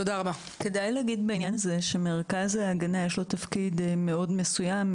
כדאי להגיד בעניין הזה שלמרכז ההגנה יש תפקיד מאוד מסוים,